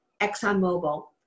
ExxonMobil